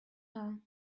are